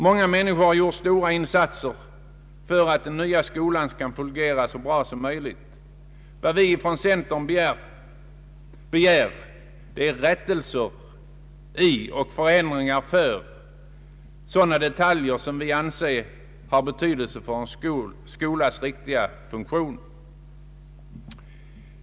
Många människor har gjort stora insatser för att den nya skolan skall fungera så bra som möjligt. Vad vi i centern begär rättelser i och föränd ringar av är sådana detaljer som vi anser har betydelse för en skolas riktiga funktion.